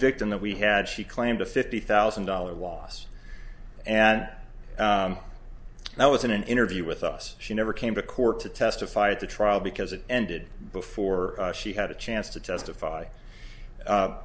victim that we had she claimed a fifty thousand dollars loss and now is in an interview with us she never came to court to testify at the trial because it ended before she had a chance to testify